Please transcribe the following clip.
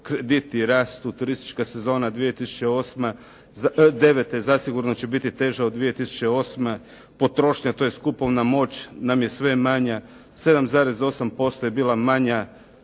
krediti rastu, turistička sezona 2009. zasigurno će biti teža od 2008. Potrošnja, tj. kupovna moć nam je sve manja. 7,8% je bila manja